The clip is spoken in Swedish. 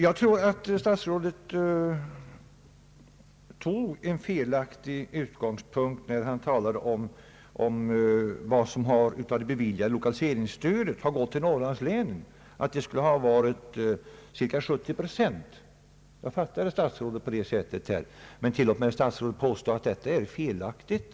Jag tror vidare att herr statsrådet valde fel utgångspunkt när han nämnde hur mycket som gått till Norrland av det beviljade lokaliseringsstödet. Jag fattade statsrådet så att det skulle röra sig om cirka 70 procent. Men tillåt mig, herr statsråd, påstå att detta är felaktigt.